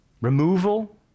Removal